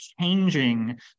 changing